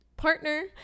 partner